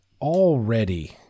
already